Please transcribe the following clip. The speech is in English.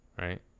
right